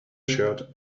shirt